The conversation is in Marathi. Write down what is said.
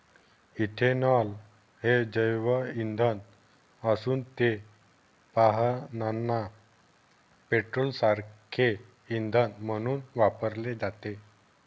इथेनॉल हे जैवइंधन असून ते वाहनांना पेट्रोलसारखे इंधन म्हणून वापरले जाते